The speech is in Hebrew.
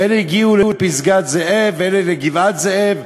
ואלה הגיעו לפסגת-זאב ואלה לגבעת-זאב,